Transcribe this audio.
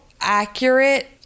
accurate